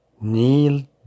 kneel